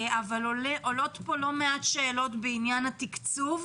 אבל עולות פה לא מעט שאלות בעניין התקצוב,